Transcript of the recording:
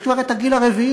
יש כבר את הגיל הרביעי.